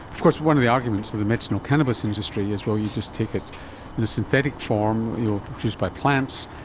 of course one of the arguments of the medicinal cannabis industry is, well, you just take it in a synthetic form, ah produced by plants,